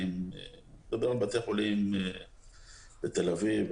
אלא אני מדבר על בתי חולים בתל אביב,